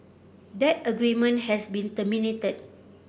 that agreement has been terminated